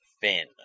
Finn